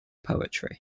poetry